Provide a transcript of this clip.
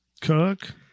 Cook